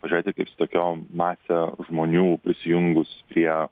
pažiūrėti kaip su tokiom mase žmonių prisijungus prie